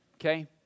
okay